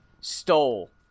Stole